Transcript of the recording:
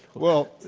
well,